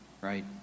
right